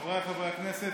חבריי חברי הכנסת,